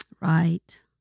Right